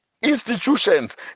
institutions